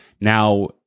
now